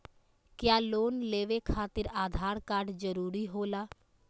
क्या लोन लेवे खातिर आधार कार्ड जरूरी होला?